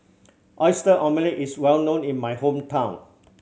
Oyster Omelette is well known in my hometown